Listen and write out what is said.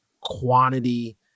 quantity